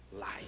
life